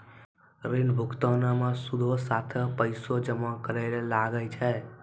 ऋण भुगतानो मे सूदो साथे पैसो जमा करै ल लागै छै